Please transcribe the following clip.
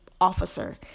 officer